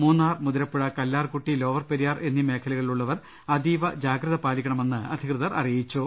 മൂന്നാർ മുതിരപ്പുഴ ക്ലാർകുട്ടി ലോവർപെരിയാർ എന്നീ മേഖലകളിലൂള്ളവർ അതീവ ജാഗ്രത പാലിക്കണമെന്ന് അധികൃതർ അറിയിച്ചു